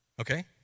Okay